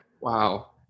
Wow